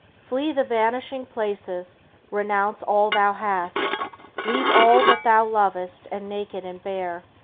flee the vanishing places renounce all thou hast leave all that thou lovest, and, naked and bare,